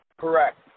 Correct